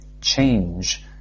change